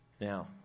Now